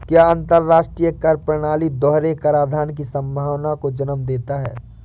क्या अंतर्राष्ट्रीय कर प्रणाली दोहरे कराधान की संभावना को जन्म देता है?